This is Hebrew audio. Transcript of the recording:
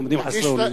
הם עומדים חסרי אונים.